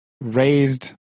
raised